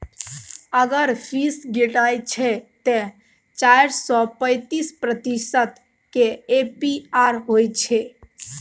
अगर फीस गिनय छै तए चारि सय पैंतीस प्रतिशत केर ए.पी.आर होइ छै